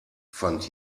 fand